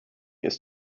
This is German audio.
ist